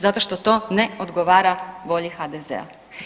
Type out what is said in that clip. Zato što to ne odgovara volji HDZ-a.